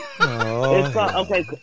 Okay